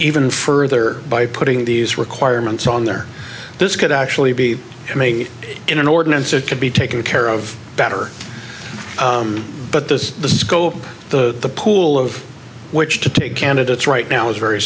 even further by putting these requirements on there this could actually be made in an ordinance it could be taken care of better but this is the scope the pool of which to take candidates right now is very